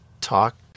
talk